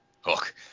Hook